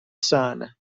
son